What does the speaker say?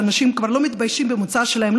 שאנשים כבר לא מתביישים במוצא שלהם,